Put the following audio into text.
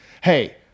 Hey